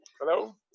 Hello